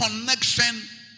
connection